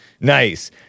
Nice